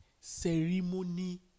ceremony